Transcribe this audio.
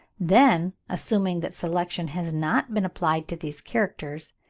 then, assuming that selection has not been applied to these characters,